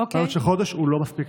פיילוט של חודש הוא לא מספיק,